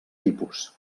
tipus